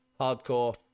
Hardcore